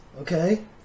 Okay